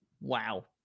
wow